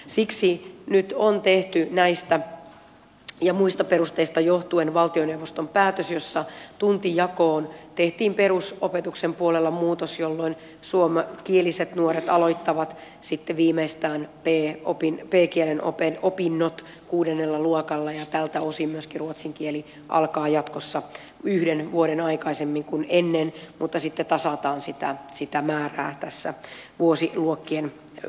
siksi nyt on tehty näistä ja muista perusteista johtuen valtioneuvoston päätös jossa tuntijakoon tehtiin perusopetuksen puolella muutos jolloin suomenkieliset nuoret aloittavat b kielen opinnot sitten viimeistään neljä kupin tekijä nopein opinnot kuudennella luokalla ja tältä osin myöskin ruotsin kieli alkaa jatkossa yhden vuoden aikaisemmin kuin ennen mutta sitten tasataan sitä määrää tässä vuosiluokkien pituudessa